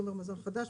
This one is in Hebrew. מזון חדש,